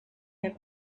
have